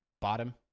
bottom